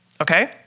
okay